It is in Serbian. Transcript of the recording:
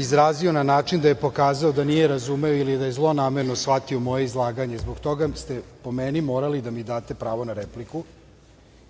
izrazio na način da je pokazao da nije razumeo ili je zlonamerno shvatio moje izlaganje. Zbog toga ste po meni morali da mi date pravo na repliku,